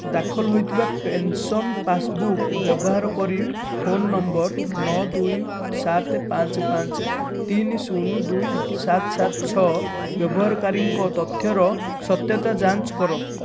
ଦାଖଲ ହୋଇଥିବା pension passbook ବ୍ୟବହାର କରି ଫୋନ ନମ୍ବର ନଅ ଦୁଇ ସାତ ପାଞ୍ଚ ପାଞ୍ଚ ତିନି ଶୂନ ଦୁଇ ସାତ ସାତ ଛଅ ବ୍ୟବହାରକାରୀଙ୍କ ତଥ୍ୟର ସତ୍ୟତା ଯାଞ୍ଚ କର